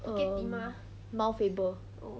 err mount faber